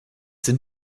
sind